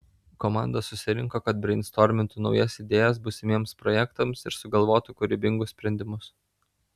komanda susirinko kad breistormintų naujas idėjas būsimiems projektams ir sugalvotų kūrybingus sprendimus